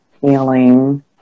healing